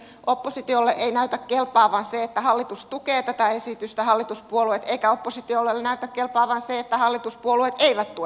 oppositiolle ei näytä kelpaavan se että hallituspuolueet tukevat tätä esitystä eikä oppositiolle näytä kelpaavan se että hallituspuolueet eivät tue tätä esitystä